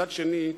מצד שני,